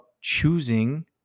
choosing